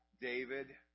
David